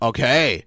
Okay